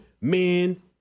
men